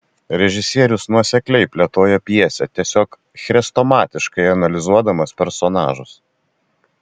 režisierius nuosekliai plėtoja pjesę tiesiog chrestomatiškai analizuodamas personažus